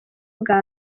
bwa